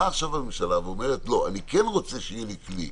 באה עכשיו הממשלה ואומרת: אני כן רוצה שיהיה לי כלי.